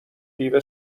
دیو